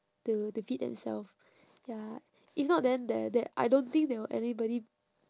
to to feed themself ya if not then there there I don't think there will anybody